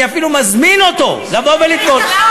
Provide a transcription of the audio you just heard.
אני אפילו מזמין אותו לבוא ולטבול.